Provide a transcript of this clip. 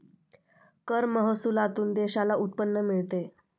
कर महसुलातून देशाला उत्पन्न मिळते